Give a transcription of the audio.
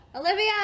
Olivia